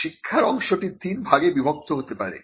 শিক্ষার অংশটি তিন ভাগে বিভক্ত হতে পারে